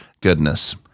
goodness